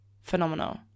phenomenal